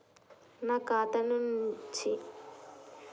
నా ఖాతా నుంచి వేరేటోళ్ల ఖాతాకు పైసలు ఎట్ల పంపాలే?